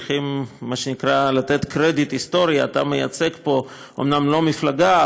צריכים מה שנקרא לתת קרדיט היסטורי: אתה מייצג פה אומנם לא מפלגה,